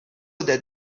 that